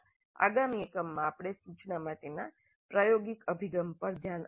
આગામી એકમમાં આપણે સૂચના માટેના પ્રાયોગિક અભિગમ પર ધ્યાન આપીશું